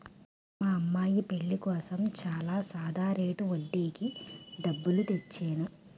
మా అమ్మాయి పెళ్ళి కోసం చాలా సాదా రేటు వడ్డీకి డబ్బులు తెచ్చేను